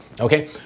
okay